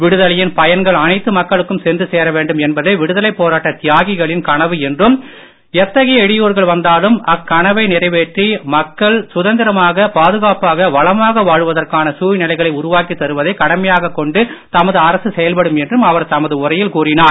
விடுதலையின் பயன்கள் அனைத்து மக்களுக்கும் சென்று சேர வேண்டும் என்பதே விடுதலைப் போராட்ட தியாகிகளின் கனவு என்றும் எத்தகைய இடையூறுகள் வந்தாலும் அக்கனவை நிறைவேற்றி மக்கள் சுதந்திரமாக பாதுகாப்பாக வளமாக வாழ்வதற்கான சூழ்நிலைகளை உருவாக்கி தருவதை கடமையாக கொண்டு தமது அரசு செயல்படும் என்றும் அவர் தமது உரையில் கூறினார்